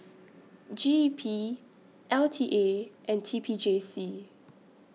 G E P L T A and T P J C